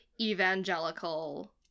evangelical